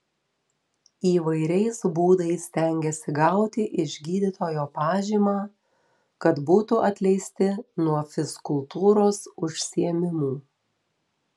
įvairiais būdais stengiasi gauti iš gydytojo pažymą kad būtų atleisti nuo fizkultūros užsiėmimų